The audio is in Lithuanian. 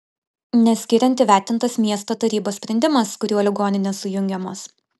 nes skiriant įvertintas miesto tarybos sprendimas kuriuo ligoninės sujungiamos